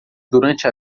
durante